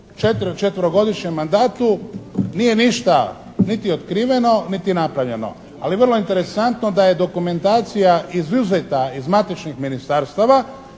četverogodišnjem mandatu nije ništa niti otkriveno, niti napravljeno. Ali vrlo interesantno da je dokumentacija izuzeta iz matičnih ministarstava